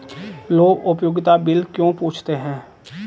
लोग उपयोगिता बिल क्यों पूछते हैं?